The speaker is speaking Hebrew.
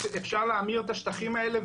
אפשר להמיר את השטחים האלה,